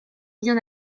bien